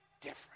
different